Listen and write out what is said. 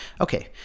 Okay